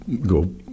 go –